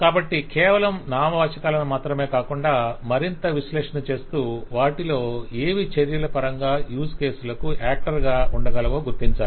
కాబట్టి కేవలం నామవాచకాలను మాత్రమే కాకుండా మరింత విశ్లేషణ చేస్తూ వాటిలో ఏవి చర్యల పరంగా యూస్ కేసులకు యాక్టర్స్ గా ఉండగలవో గుర్తించాలి